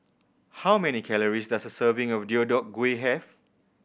how many calories does a serving of Deodeok Gui have